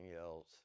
else